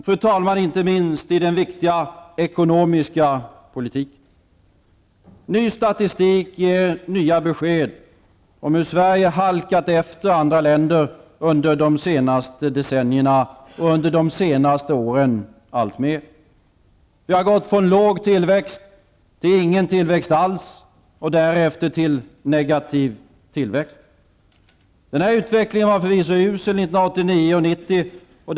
Det gäller inte minst i den viktiga ekonomiska politiken. Ny statistik ger nya besked om hur Sverige har halkat efter andra länder under de senaste decennierna. Under de senaste åren har vi halkat efter alltmer. Vi har gått från låg tillväxt till ingen tillväxt alls och därefter till negativ tillväxt. Utvecklingen var förvisso usel under 1989 och 1990.